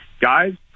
Guys